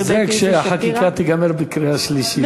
זה כשהחקיקה תיגמר בקריאה שלישית.